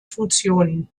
funktionen